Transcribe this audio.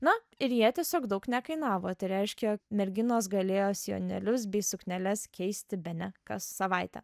na ir jie tiesiog daug nekainavo tai reiškia merginos galėjo sijonėlius bei sukneles keisti bene kas savaitę